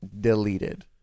deleted